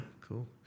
cool